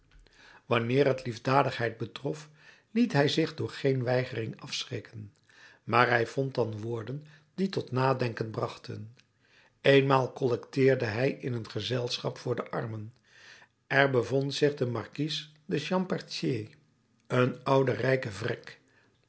wanneer het de liefdadigheid betrof liet hij zich door geen weigering afschrikken maar hij vond dan woorden die tot nadenken brachten eenmaal collecteerde hij in een gezelschap voor de armen er bevond zich de markies de champtercier een oude rijke vrek